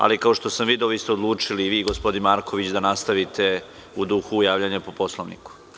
Ali, kao što sam video, vi ste odlučili, i vi i gospodin Marković, da nastavite u duhu javljanja po Poslovniku.